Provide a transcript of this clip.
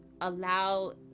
allow